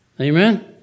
Amen